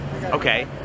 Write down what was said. Okay